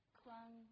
clung